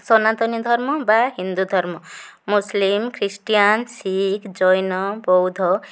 ସନାତନୀ ଧର୍ମ ବା ହିନ୍ଦୁ ଧର୍ମ ମୁସଲିମ୍ ଖ୍ରୀଷ୍ଟିଆାନ୍ ଶିଖ୍ ଜୈନ ବୌଦ୍ଧ